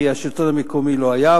כי השלטון המקומי לא היה,